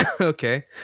Okay